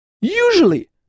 Usually